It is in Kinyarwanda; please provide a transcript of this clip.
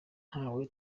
twe